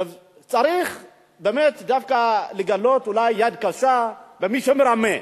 צריך באמת דווקא לגלות, אולי, יד קשה למי שמרמה,